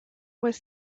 was